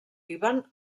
líban